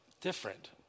different